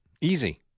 Easy